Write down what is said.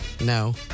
No